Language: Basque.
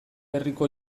herriko